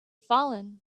fallen